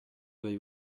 voyez